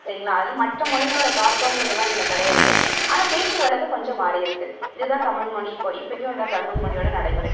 சரிங்களா அதனால் மற்ற மொழிகளோட தாக்கங்கிறதுலாம் இதில் கிடையாது ஆனால் பேச்சு வழக்கு கொஞ்சம் மாறி இருக்குது இதுதான் தமிழ்மொழி இப்போது இப்பைக்கும் இதான் தமிழ்மொழியோடய நடைமுறை